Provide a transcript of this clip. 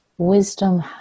Wisdom